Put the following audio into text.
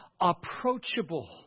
approachable